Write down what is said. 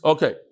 Okay